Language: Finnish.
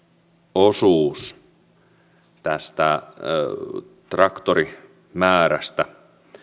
osuus tästä traktorimäärästä